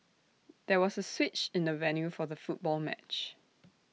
there was A switch in the venue for the football match